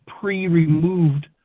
pre-removed